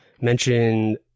mention